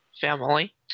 family